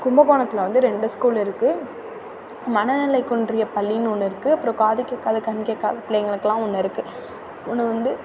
கும்பகோணத்தில் வந்து ரெண்டு ஸ்கூல் இருக்குது மனநிலை குன்றிய பள்ளின்னு ஒன்று இருக்குது அப்புறம் காது கேட்காத கண் கேட்காத பிள்ளைகளுக்குலாம் ஒன்று இருக்குது ஒன்று வந்து